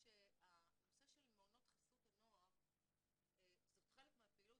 הנושא של מעונות חסות הנוער זה חלק מהפעילות